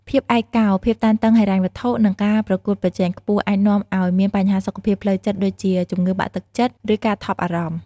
ភាពឯកកោ ភាពតានតឹងហិរញ្ញវត្ថុ និងការប្រកួតប្រជែងខ្ពស់ អាចនាំឱ្យមានបញ្ហាសុខភាពផ្លូវចិត្តដូចជា ជំងឺបាក់ទឹកចិត្ត ឬការថប់អារម្មណ៍។